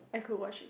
I could watch it